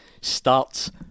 starts